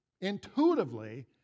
intuitively